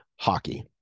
hockey